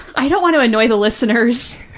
i don't want to annoy the listeners